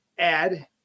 add